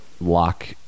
lock